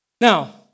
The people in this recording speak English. Now